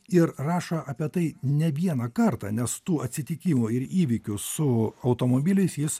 ir rašo apie tai ne vieną kartą nes tų atsitikimų ir įvykių su automobiliais jis